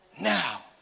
Now